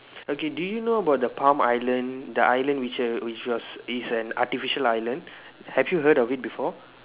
okay do you know about the palm island the island which a which was is an artificial island have you heard of it before